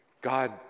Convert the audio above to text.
God